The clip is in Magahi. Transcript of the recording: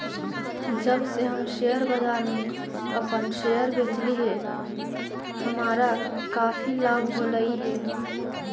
जब से हम शेयर बाजार में अपन शेयर बेचली हे हमारा काफी लाभ होलई हे